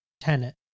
tenant